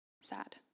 sad